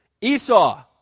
Esau